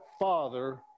father